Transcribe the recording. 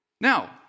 Now